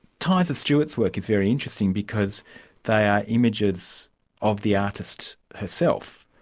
tyza stewart's work is very interesting because they are images of the artist herself.